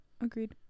agreed